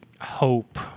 hope